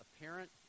apparent